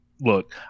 Look